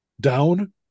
down